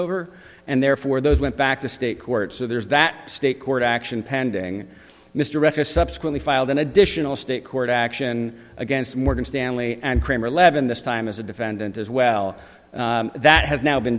over and therefore those went back to state court so there's that state court action pending mr records subsequently filed an additional state court action against morgan stanley and kramer levin this time as a defendant as well that has now been